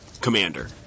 Commander